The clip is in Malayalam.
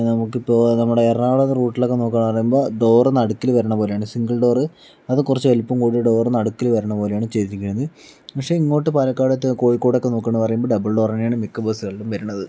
നമുക്ക് ഇപ്പോൾ നമ്മളുടെ എറണാകുളം റൂട്ടിൽ ഒക്കെ നോക്കുവാണ് എന്ന് പറയുമ്പോൾ ഡോറ് നടുക്കിൽ വരുന്ന പോലെയാണ് സിംഗിൾ ഡോറ് അത് കുറച്ച് വലുപ്പം കൂടിട്ട് ഡോറ് നടുക്കിൽ വരണ പോലെയാണ് ചെയ്തിരിക്കുന്നത് പക്ഷെ ഇങ്ങോട്ട് പാലക്കാടൊക്കെ കോഴിക്കോടൊക്കെ നോക്കുവാണ് പറയുമ്പോൾ ഡബിൾ ഡോറാണ് മിക്ക ബസുകളിലും വരണത്